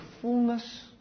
fullness